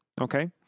okay